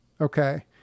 Okay